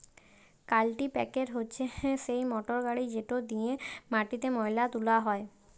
কাল্টিপ্যাকের হছে সেই মটরগড়ি যেট দিঁয়ে মাটিতে ময়লা তুলা হ্যয়